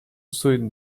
suit